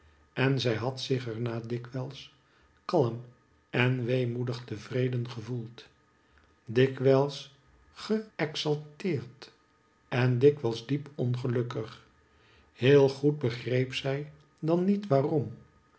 en zij had zich er na dikwijls kalm en weemoedig tevreden gevoeld dikwijls ge exalteerd en dikwijls diep ongelukkig heel goed begreep zij dan niet waarom